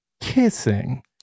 kissing